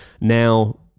now